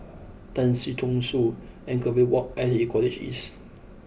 Tan Si Chong Su Anchorvale Walk and I T E College East